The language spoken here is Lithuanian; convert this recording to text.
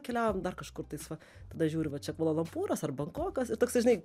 keliaujam dar kažkur tais va tada žiūri va čia kvala lumpūras ar bankokas ir toksai žinai